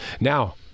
Now